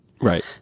Right